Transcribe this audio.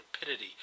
rapidity